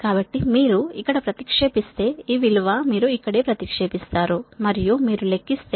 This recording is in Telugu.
కాబట్టి మీరు ఇక్కడ ప్రతిక్షేపిస్తే ఈ విలువ మీరు ఇక్కడే ప్రతిక్షేపిస్తారు మరియు మీరు లెక్కిస్తే 257